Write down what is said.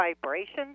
vibrations